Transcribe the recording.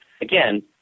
again